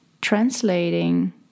translating